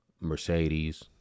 Mercedes